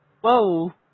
Whoa